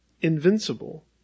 invincible